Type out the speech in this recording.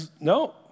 no